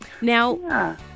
Now